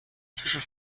zwischen